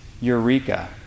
Eureka